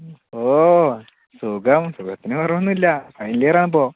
ഓഹ് സുഖം സുഖത്തിനു കുറവൊന്നുമില്ല ഫൈനൽ ഇയറാണിപ്പോൾ